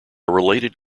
related